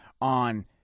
on